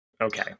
Okay